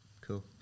Cool